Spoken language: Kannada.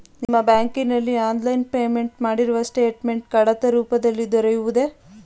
ನಿಮ್ಮ ಬ್ಯಾಂಕಿನಲ್ಲಿ ಆನ್ಲೈನ್ ಪೇಮೆಂಟ್ ಮಾಡಿರುವ ಸ್ಟೇಟ್ಮೆಂಟ್ ಕಡತ ರೂಪದಲ್ಲಿ ದೊರೆಯುವುದೇ?